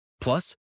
Plus